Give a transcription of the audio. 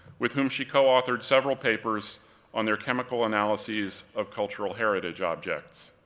with whom she coauthored several papers on their chemical analyses of cultural heritage objects.